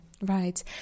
Right